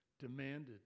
demanded